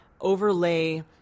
overlay